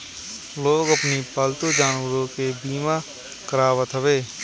लोग अपनी पालतू जानवरों के बीमा करावत हवे